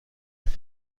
الهه